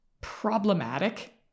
problematic